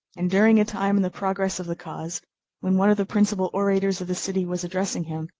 and during a time in the progress of the cause when one of the principal orators of the city was addressing him,